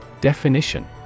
Definition